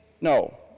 No